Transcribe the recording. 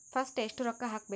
First ಎಷ್ಟು ರೊಕ್ಕ ಹಾಕಬೇಕು?